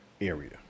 area